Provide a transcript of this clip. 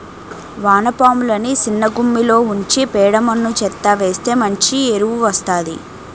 వానపాములని సిన్నగుమ్మిలో ఉంచి పేడ మన్ను చెత్తా వేస్తె మంచి ఎరువు వస్తాది